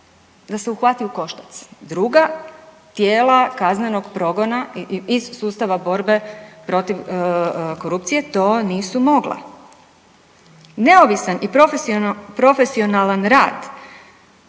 da se uhvati u koštac. Druga tijela kaznenog progona iz sustava borbe protiv korupcije to nisu mogla. Neovisan i profesion,